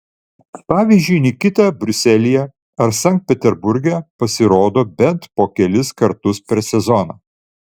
pavyzdžiui nikita briuselyje ar sankt peterburge pasirodo bent po kelis kartus per sezoną